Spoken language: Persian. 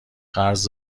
قرض